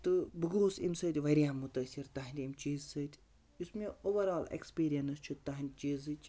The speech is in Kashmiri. تہٕ بہٕ گوٚوُس اَمہِ سۭتۍ واریاہ مُتٲثر تَہَنٛدِ ییٚمہِ چیٖزٕ سۭتۍ یُس مےٚ اوٚوَرآل ایکٕسپیٖرنٕس چھُ تَہَندِ چیٖزٕچ